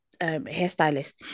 hairstylist